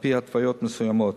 על-פי התוויות מסוימות.